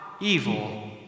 evil